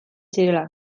zirela